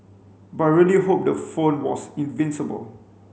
but really hope the phone was invincible